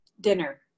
dinner